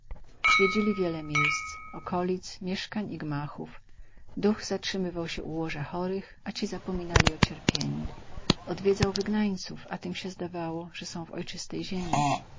zwiedzili wiele miejsc okolic mieszkań i gmachów duch zatrzymywał się u łoża chorych a ci zapominali o cierpieniu odwiedzał wygnańców a tym się zdawało że są w ojczystej ziemi